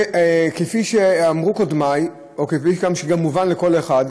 וכפי שאמרו קודמי, וכפי שמובן לכל אחד,